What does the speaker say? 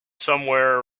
somewhere